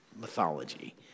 mythology